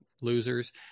losers